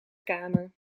kamer